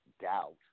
doubt